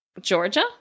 Georgia